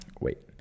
wait